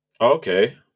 Okay